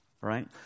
right